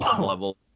level